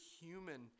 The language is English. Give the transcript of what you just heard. human